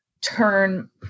turn